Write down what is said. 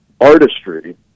artistry